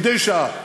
מדי שעה,